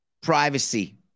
privacy